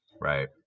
right